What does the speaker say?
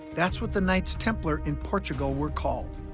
that's what the knights templar in portugal were called.